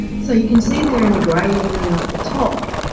so you can see there in the gray area up the top,